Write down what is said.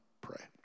pray